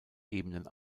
ebenen